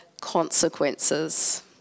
consequences